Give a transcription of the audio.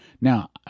Now